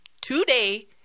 today